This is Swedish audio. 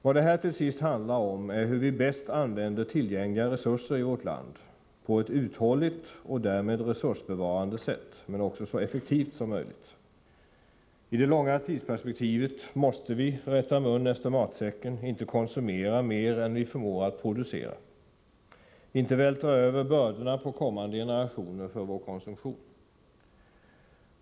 Vad det här till sist handlar om är hur vi bäst använder tillgängliga resurser i vårt land på ett uthålligt och därmed resursbevarande sätt, men också så effektivt som möjligt. I det långa tidsperspektivet måste vi rätta mun efter matsäcken, inte konsumera mer än vi förmår att producera och inte vältra över bördorna på grund av vår konsumtion på kommande generationer.